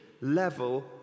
level